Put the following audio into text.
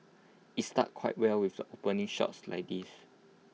IT started quite well with opening shots like these